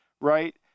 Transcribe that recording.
right